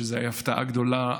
שזה היה הפתעה גדולה,